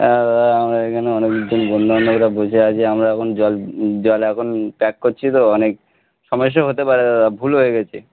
হ্যাঁ দাদা আমরা এখানে অনেকজন বন্ধু বান্ধবরা বসে আছি আমরা এখন জল জল এখন প্যাক করছি তো অনেক সমস্যা হতে পারে দাদা ভুল হয়ে গেছে